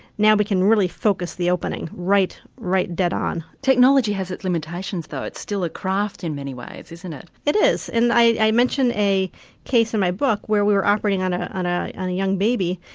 now we can really focus the opening right right dead on. technology has its limitations though, it's still a craft in many ways isn't it? it is and i mention a case in my book where we were operating on ah on ah a young baby.